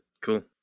cool